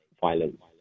violence